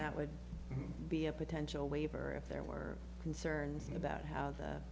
that would be a potential waiver if there were concerns about how the